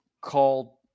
called